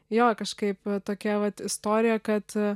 jo kažkaip va tokia vat istorija kad